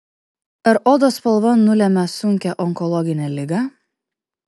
ar odos spalva nulemia sunkią onkologinę ligą